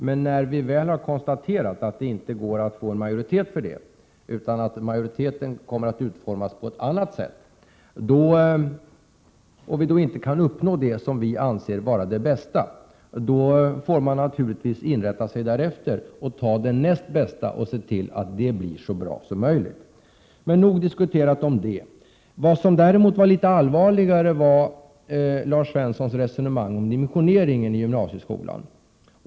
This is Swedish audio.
Men när vi väl har konstaterat att det inte går att få en majoritet för vår uppfattning och att vi inte kan uppnå det vi anser vara det bästa, får vi naturligtvis inrätta oss därefter och ta det näst bästa alternativet och se till att det blir så bra som möjligt. Nog diskuterat om detta. Däremot är det litet allvarligare med det resonemang som Lars Svensson förde om dimensioneringen av gymnasieskolan.